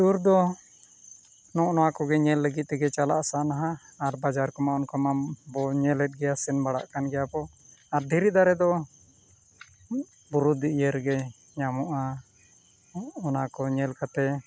tour ᱫᱚ ᱱᱚᱜᱼᱚᱸᱭ ᱱᱚᱱᱟ ᱠᱚᱜᱮ ᱧᱮᱞ ᱞᱟᱹᱜᱤᱫ ᱛᱮᱜᱮ ᱪᱟᱞᱟᱜ ᱥᱟᱱᱟᱣᱟ ᱟᱨ ᱵᱟᱡᱟᱨ ᱠᱚᱢᱟ ᱚᱱᱠᱟ ᱢᱟ ᱵᱟᱵᱚᱱ ᱧᱮᱞᱮᱫ ᱜᱮᱭᱟ ᱥᱮᱱ ᱵᱟᱲᱟᱜ ᱠᱟᱱ ᱜᱮᱭᱟᱵᱚᱱ ᱟᱨ ᱫᱷᱤᱨᱤ ᱫᱟᱨᱮ ᱫᱚ ᱵᱩᱨᱩ ᱤᱭᱟᱹ ᱨᱮᱜᱮ ᱧᱟᱢᱚᱜᱼᱟ ᱚᱱᱟ ᱠᱚ ᱧᱮᱞ ᱠᱟᱛᱮᱫ